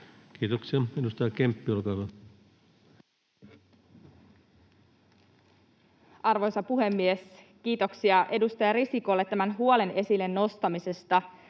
muuttamisesta Time: 15:31 Content: Arvoisa puhemies! Kiitoksia edustaja Risikolle tämän huolen esille nostamisesta.